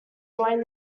joined